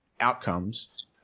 outcomes